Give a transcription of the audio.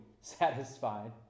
satisfied